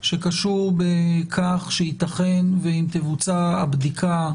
שקשור בכך שייתכן שאם תבוצע הבדיקה,